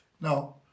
Now